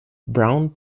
brown